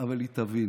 אבל היא תבין.